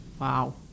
Wow